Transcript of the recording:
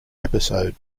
episode